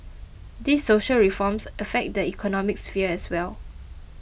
these social reforms affect the economic sphere as well